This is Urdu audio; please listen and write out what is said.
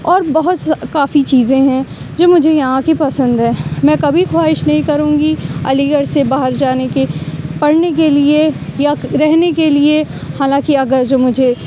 اور بہت کافی چیزیں ہیں جو مجھے یہاں کی پسند ہے میں کبھی خواہش نہیں کروں گی علی گڑھ سے باہر جانے کی پڑھنے کے لیے یا رہنے کے لیے حالانکہ اگر جو مجھے